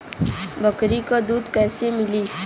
बकरी क दूध कईसे मिली?